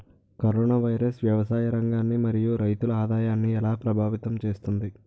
Corona virus వ్యవసాయ రంగాన్ని మరియు రైతుల ఆదాయాన్ని ఎలా ప్రభావితం చేస్తుంది?